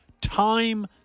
Time